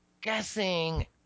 guessing